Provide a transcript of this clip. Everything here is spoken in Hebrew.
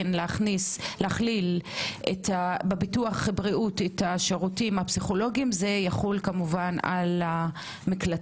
להכליל בביטוח בריאות את השירותים הפסיכולוגיים זה יחול על המקלטים